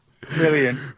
Brilliant